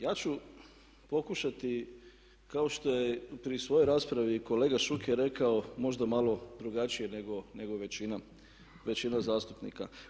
Ja ću pokušati kao što je pri svojoj raspravi i kolega Šuker rekao možda malo drugačije nego većina zastupnika.